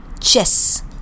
Chess